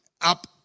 up